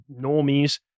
normies